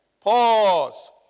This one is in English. Pause